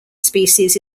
species